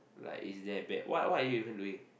like it's that bad what what are you even doing